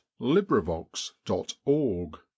LibriVox.org